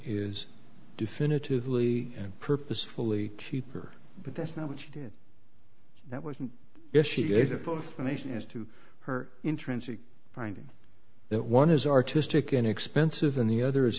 is definitively and purposefully cheaper but that's not what you did that wasn't yes she dated both nations as to her intrinsic finding that one is artistic and expensive than the other is